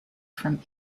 from